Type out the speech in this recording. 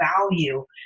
value